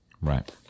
Right